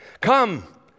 Come